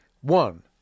One